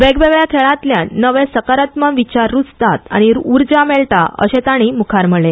वेगवेगळ्या खेळांतल्यान नवे सकारात्मक विचार रुजतात आनी उर्जा मेळटा अशे ताणी सांगले